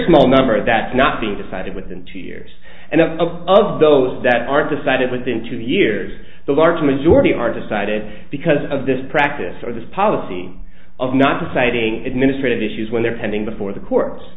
small number that's not being decided within two and of of those that are decided within two years the large majority are decided because of this practice or this policy of not deciding administrative issues when they're pending before the court